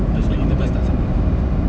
looks like kita both tak sama